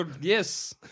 Yes